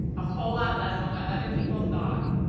a whole lot less on what other people thought